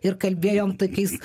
ir kalbėjom tokiais